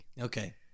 Okay